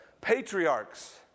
patriarchs